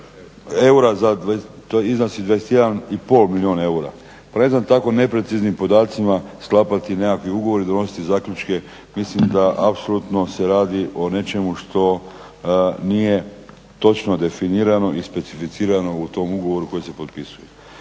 eura. To iznosi 21 i pol milijun eura. Pa ne znam tako nepreciznim podacima sklapati nekakav ugovor i donositi zaključke mislim da apsolutno se radi o nečemu što nije točno definirano i specificirano u tom ugovoru koji se potpisuje.